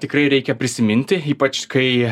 tikrai reikia prisiminti ypač kai